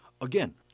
Again